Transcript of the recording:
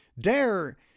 dare